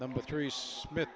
number threes smith